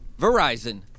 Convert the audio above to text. Verizon